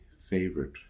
favorite